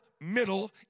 middle